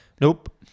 Nope